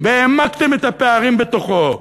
והעמקתם את הפערים בתוכו.